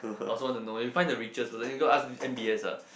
I also want to know you find the richest person you go ask m_b_s ah